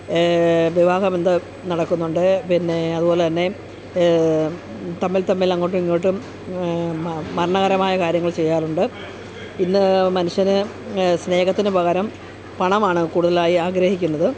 വിവാഹബന്ധം നടക്കുന്നുണ്ട് പിന്നെ അതുപോലെ തന്നെ തമ്മിൽ തമ്മിൽ അങ്ങോട്ടും ഇങ്ങോട്ടും മരണപരമായ കാര്യങ്ങൾ ചെയ്യാറുണ്ട് ഇന്ന് മനുഷ്യന് സ്നേഹത്തിന് പകരം പണമാണ് കൂടുതലായി ആഗ്രഹിക്കുന്നത്